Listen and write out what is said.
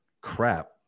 crap